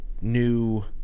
new